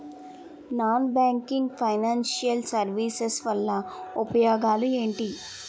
Non banking financial services వల్ల ఉపయోగాలు ఎంటి?